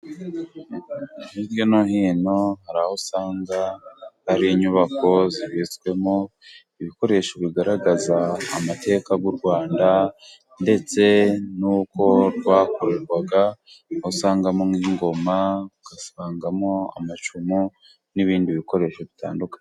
Hirya no hino hari aho usanga hari inyubako zibitswemo ibikoresho bigaragaza amateka y'u Rwanda, ndetse n'uko rwakorerwaga. usangamo ingoma, ugasangamo amacumu, n'ibindi bikoresho bitandukanye.